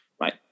right